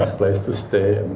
place to stay.